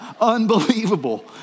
unbelievable